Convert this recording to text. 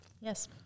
Yes